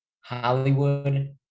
Hollywood